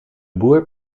boer